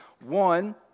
One